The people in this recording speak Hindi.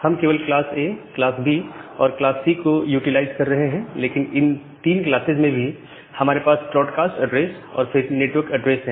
हम केवल क्लास A क्लास B और क्लास C को यूटिलाइज कर रहे हैं लेकिन इन 3 क्लासेज में भी हमारे पास ब्रॉडकास्ट एड्रेस और फिर नेटवर्क एड्रेस है